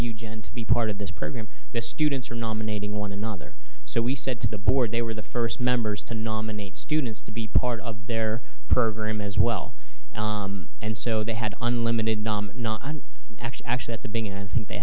eugen to be part of this program the students are nominating one another so we said to the board they were the first members to nominate students to be part of their program as well and so they had unlimited access actually at the beginning i think they